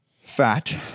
fat